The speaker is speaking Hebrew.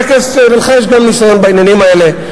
לך יש גם ניסיון בעניינים האלה,